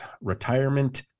Retirement